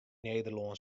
nederlân